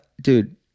dude